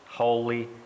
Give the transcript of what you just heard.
holy